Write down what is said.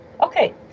Okay